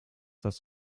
das